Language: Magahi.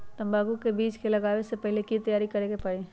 तंबाकू के बीज के लगाबे से पहिले के की तैयारी करे के परी?